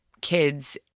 kids